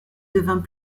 devint